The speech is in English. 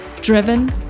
driven